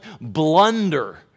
blunder